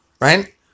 Right